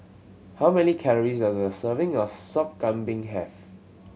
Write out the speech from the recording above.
how many calories does a serving of Sop Kambing have